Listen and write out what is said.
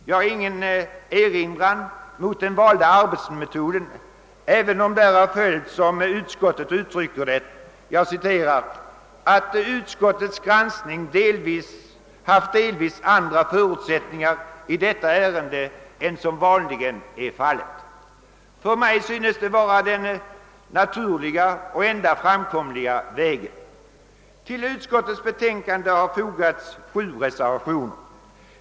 Jag har ingen erinran mot den valda arbetsmetoden, även om därav följt, som utskottet uttrycker det, »att utskottets granskning haft delvis andra förutsättningar i detta ärende än som vanligen är fallet». Mig synes detta vara den naturliga och enda framkomliga vägen. Till utskottets betänkande har fogats sju reservationer.